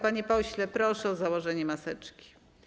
Panie pośle, proszę o założenie maseczki.